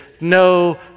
no